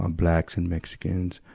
um blacks and mexicans.